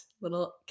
Little